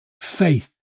faith